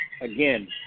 again